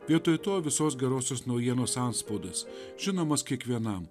vietoj to visos gerosios naujienos antspaudas žinomas kiekvienam